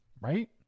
right